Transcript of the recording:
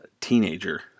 teenager